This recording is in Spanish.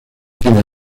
tiene